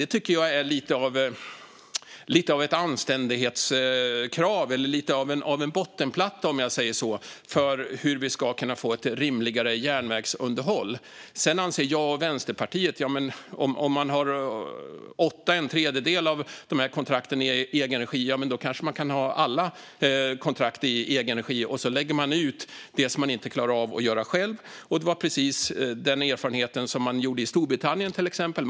Det tycker jag är lite av ett anständighetskrav - eller lite av en bottenplatta, om jag säger så - när det gäller hur vi ska kunna få ett rimligare järnvägsunderhåll. Om man har åtta, eller en tredjedel, av dessa kontrakt i egen regi anser jag och Vänsterpartiet att man kanske kan ha alla kontrakt i egen regi. Sedan kan man lägga ut det som man inte klarar av att göra själv. Det var precis det som man gjorde i Storbritannien till exempel.